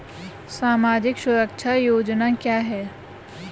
सामाजिक सुरक्षा योजना क्या है?